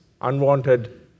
unwanted